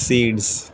seeds